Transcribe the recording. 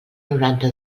noranta